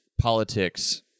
politics